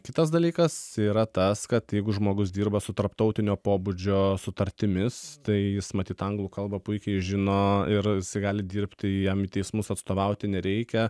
kitas dalykas yra tas kad jeigu žmogus dirba su tarptautinio pobūdžio sutartimis tai jis matyt anglų kalbą puikiai žino ir gali dirbti jam į teismus atstovauti nereikia